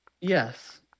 Yes